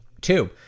Two